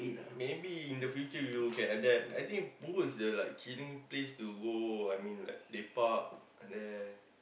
maybe in the future you can adapt I think punggol is the like chilling place to go I mean like lepak at there